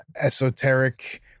esoteric